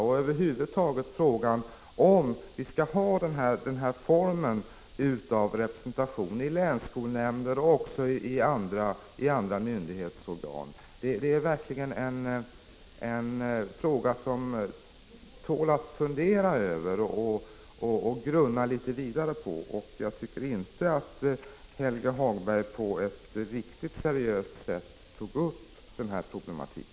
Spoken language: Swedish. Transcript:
Frågan är om vi över huvud taget skall ha den här formen av representation i länsskolnämnder och i andra myndighetsorgan. Det är verkligen en fråga som vi bör fundera över och grunna litet vidare på. Jag tycker inte att Helge Hagberg på ett riktigt seriöst sätt tog upp denna problematik.